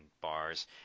bars